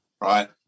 right